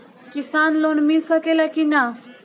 किसान लोन मिल सकेला कि न?